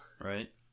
Right